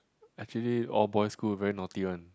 actually all boy school very naughty one